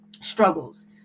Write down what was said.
struggles